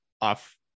off